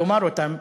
לומר אותן.